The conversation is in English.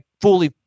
fully